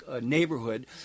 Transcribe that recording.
neighborhood